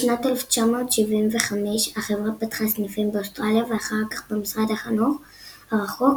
בשנת 1975 החברה פתחה סניפים באוסטרליה ואחר כך במזרח הרחוק ובקנדה.